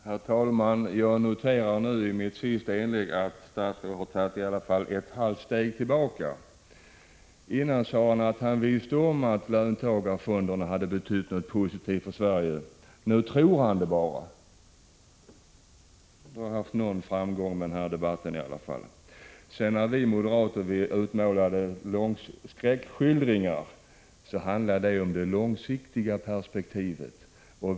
Herr talman! Jag noterar nu i mitt sista inlägg att statsrådet i alla fall har tagit ett halvt steg tillbaka. Tidigare sade han att han visste att löntagarfonderna hade betytt något positivt för Sverige — nu tror han det bara. Jag har åtminstone haft viss framgång med denna debatt. De moderata skräckskildringarna handlade om det långsiktiga perspektivet.